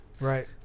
Right